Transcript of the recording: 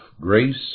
grace